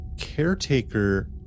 caretaker